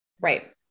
Right